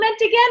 again